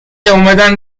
اومدن